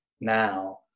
now